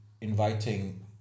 inviting